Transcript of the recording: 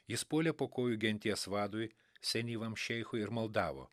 jis puolė po kojų genties vadui senyvam šeichui ir maldavo